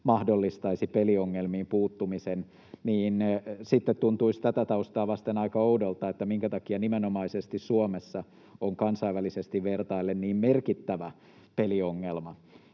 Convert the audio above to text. mahdollistaisi peliongelmiin puuttumisen, niin sitten tuntuisi tätä taustaa vasten aika oudolta, minkä takia nimenomaisesti Suomessa on kansainvälisesti vertaillen niin merkittävä peliongelma.